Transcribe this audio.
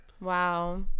wow